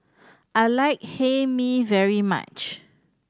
I like Hae Mee very much